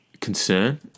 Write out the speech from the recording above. concern